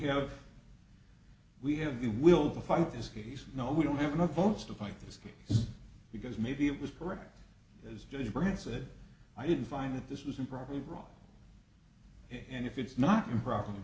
have we have the will to fight this case no we don't have enough votes to fight this case because maybe it was correct as judge brinn said i didn't find that this was i'm probably wrong and if it's not improperly